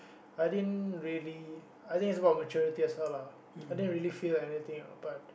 I didn't really I think it's about maturity as well lah I didn't really feel anything ah but